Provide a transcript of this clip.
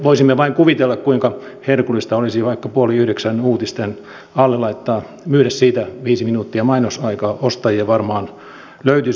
voisimme vain kuvitella kuinka herkullista olisi vaikka puoli yhdeksän uutisiin myydä viisi minuuttia mainosaikaa ostajia varmaan löytyisi